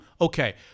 Okay